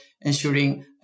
ensuring